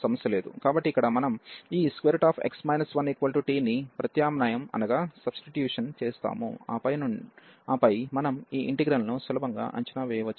కాబట్టి ఇక్కడ మనం ఈ x 1t ని ప్రత్యామ్నాయం చేస్తాము ఆపై మనం ఈ ఇంటిగ్రల్ ను సులభంగా అంచనా వేయవచ్చు